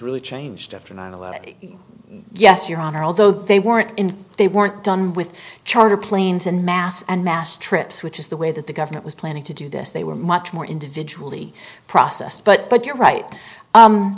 really changed after nine eleven yes your honor although they weren't in they weren't done with charter planes and mass and mass trips which is the way that the government was planning to do this they were much more individual the process but but you're right